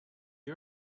you